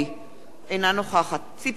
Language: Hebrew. אינה נוכחת ציפי חוטובלי,